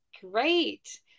Great